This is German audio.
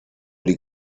die